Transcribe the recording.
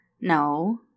No